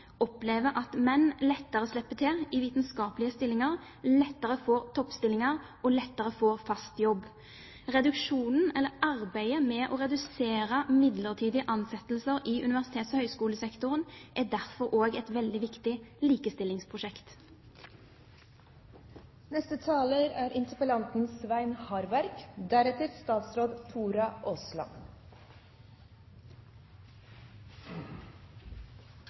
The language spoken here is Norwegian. opplever at menn lettere slipper til i vitenskapelige stillinger, lettere får toppstillinger og lettere får fast jobb. Arbeidet med å redusere omfanget av midlertidige ansettelser i universitets- og høyskolesektoren er derfor også et veldig viktig